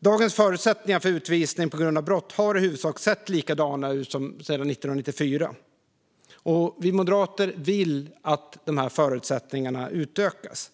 Dagens förutsättningar för utvisning på grund av brott har i huvudsak sett likadana ut sedan 1994. Vi moderater vill att dessa förutsättningar utökas.